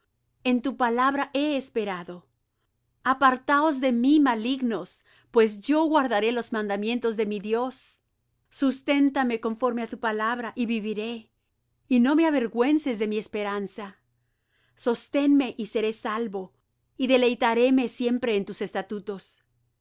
en tu palabra he esperado apartaos de mí malignos pues yo guardaré los mandamientos de mi dios susténtame conforme á tu palabra y viviré y no me avergüences de mi esperanza sosténme y seré salvo y deleitaréme siempre en tus estatutos